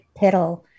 piddle